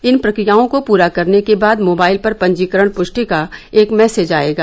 इन प्रक्रियों को पूरा करने के बाद मोबाइल पर पंजीकरण पुष्टि का एक मैसेज आयेगा